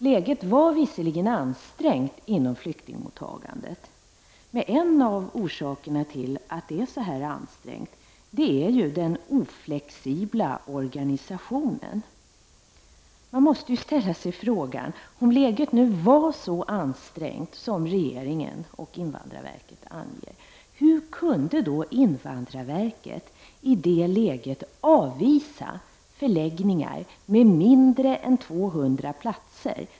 Läget var visserligen ansträngt inom flyktingmottagandet, men en av anledningarna till att det är ansträngt är ju den oflexibla organisationen. Man måste ställa sig frågan: Om nu läget var så ansträngt som regeringen och invandrarverket anger, hur kunde då invandrarverket i det läget avvisa förläggningar med mindre än 200 platser?